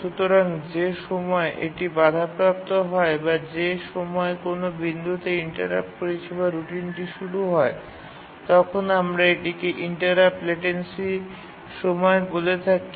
সুতরাং যে সময় এটি বাধাপ্রাপ্ত হয় বা যে সময় কোন বিন্দুতে ইন্টারাপ্ট পরিষেবা রুটিনটি শুরু হয় তখন আমরা এটিকে ইন্টারাপ্ট লেটেন্সি সময় বলে থাকি